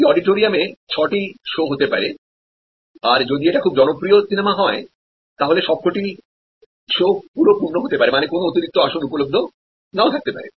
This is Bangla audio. একটি অডিটোরিয়ামে ছয়টি শো হতে পারে আর যদি এটা খুব জনপ্রিয় সিনেমা হয় তাহলে সব কটি শো পুরো পূর্ণ হতে পারে মানে কোন অতিরিক্ত আসন উপলব্ধ নাও থাকতে পারে